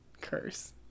curse